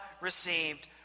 received